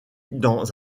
dans